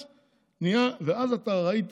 אז אתה ראית